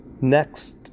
next